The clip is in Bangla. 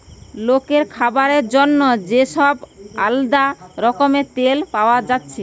লোকের খাবার জন্যে যে সব আলদা রকমের তেল পায়া যাচ্ছে